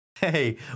Hey